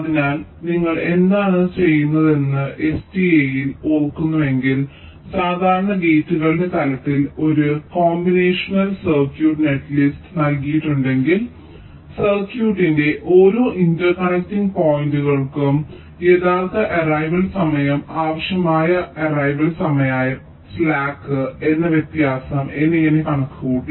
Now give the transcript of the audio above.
അതിനാൽ നിങ്ങൾ എന്താണ് ചെയ്യുന്നതെന്ന് STA യിൽ ഓർക്കുന്നുവെങ്കിൽ സാധാരണ ഗേറ്റുകളുടെ തലത്തിൽ ഒരു കോമ്പിനേഷണൽ സർക്യൂട്ട് നെറ്റ്ലിസ്റ്റ് നൽകിയിട്ടുണ്ടെങ്കിൽ സർക്യൂട്ടിന്റെ ഓരോ ഇന്റർസെക്റ്റിങ് പോയിന്റുകൾക്കും യഥാർത്ഥ അറൈവൽ സമയം ആവശ്യമായ അറൈവൽ സമയം സ്ലാക്ക് എന്ന വ്യത്യാസം എന്നിങ്ങനെ കണക്കുകൂട്ടി